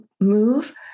move